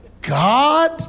God